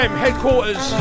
headquarters